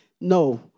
no